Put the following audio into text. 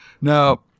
Now